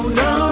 no